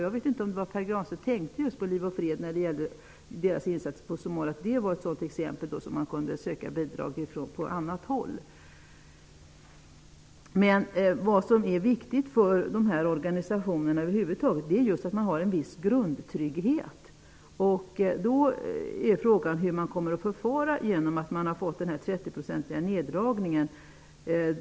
Jag vet inte om Pär Granstedt tänkte just på Liv och Fred-Institutets insatser i Somalia, att det var ett exempel på när man kan söka bidrag på annat håll. Det viktiga för dessa organisationer över huvud taget är just att de har en viss grundtrygghet. Frågan är hur de kommer att förfara när de har fått denna 30-procentiga neddragning.